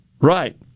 Right